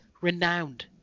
renowned